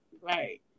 right